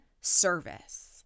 service